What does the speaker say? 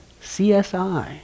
CSI